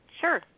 Sure